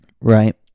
right